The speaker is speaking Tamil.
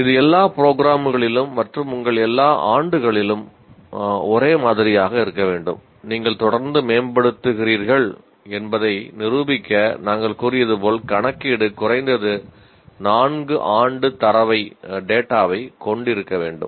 இது எல்லா ப்ரொக்ராம்களிலும் கொண்டிருக்க வேண்டும்